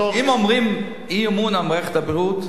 אם אומרים אי-אמון על מערכת הבריאות,